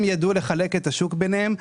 הם ידעו לחלק את השוק ביניהם,